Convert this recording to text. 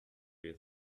you